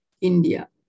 India